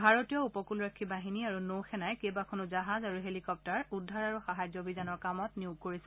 ভাৰতীয় উপকূলৰক্ষী বাহিনী আৰু নৌ সেনাই কেইবাখনো জাহাজ আৰু হেলিকপ্টাৰ উদ্ধাৰ আৰু সাহায্য অভিযানৰ কামত নিয়োগ কৰিছে